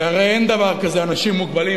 כי הרי אין דבר כזה אנשים מוגבלים,